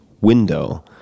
window